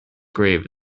grave